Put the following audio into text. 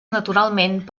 naturalment